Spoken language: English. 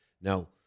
Now